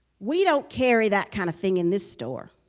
we don't carry that kind of thing in this store